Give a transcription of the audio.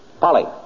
Polly